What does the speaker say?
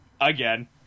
again